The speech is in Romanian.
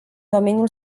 domeniul